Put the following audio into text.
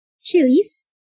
chilies